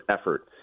effort